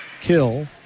kill